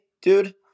dude